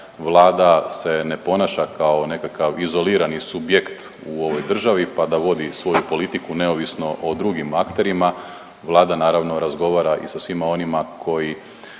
Vlada se ne ponaša kao nekakav izolirani subjekt u ovoj državi pa da vodi svoju politiku neovisno o drugim akterima, Vlada naravno razgovara i sa svima onima koji